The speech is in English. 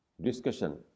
discussion